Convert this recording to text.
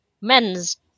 men's